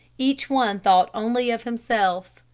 each one thought only of himself.